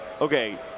okay